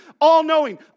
all-knowing